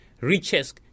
riches